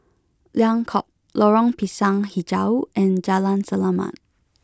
Liang Court Lorong Pisang HiJau and Jalan Selamat